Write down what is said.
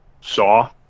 saw